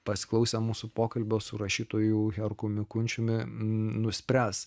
pasiklausę mūsų pokalbio su rašytoju herkumi kunčiumi nuspręs